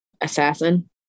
assassin